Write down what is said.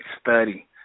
study